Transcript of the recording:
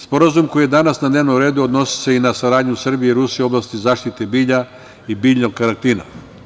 Sporazum koji je danas na dnevnom redu odnosi se i na saradnju Srbije i Rusije u oblasti zaštite bilja i biljnog karantina.